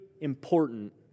important